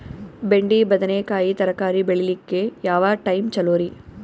ಬೆಂಡಿ ಬದನೆಕಾಯಿ ತರಕಾರಿ ಬೇಳಿಲಿಕ್ಕೆ ಯಾವ ಟೈಮ್ ಚಲೋರಿ?